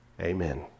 Amen